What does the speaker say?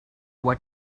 what